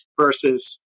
versus